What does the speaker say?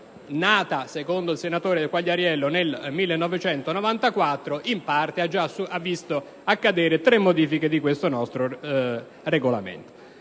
nata secondo il senatore Quagliariello nel 1994, in parte ha già visto tre modifiche di questa parte del nostro Regolamento.